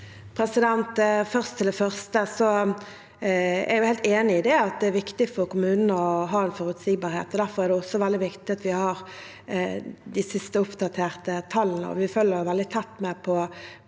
Først til det første. Jeg er helt enig i det at det er viktig for kommunene å ha forutsigbarhet. Derfor er det også veldig viktig at vi har de siste, oppdaterte tallene. Vi følger veldig tett med på